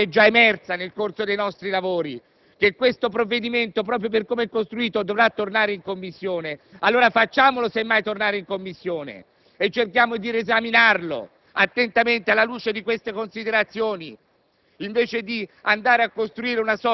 Nella consapevolezza, tra l'altro già emersa nel corso dei nostri lavori, che il provvedimento, proprio per come è costruito, dovrà comunque tornare in Commissione, facciamolo semmai tornare in Commissione e cerchiamo di riesaminarlo attentamente alla luce di queste considerazioni,